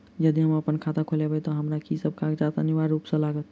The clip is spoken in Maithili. यदि हम अप्पन खाता खोलेबै तऽ हमरा की सब कागजात अनिवार्य रूप सँ लागत?